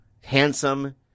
handsome